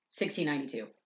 1692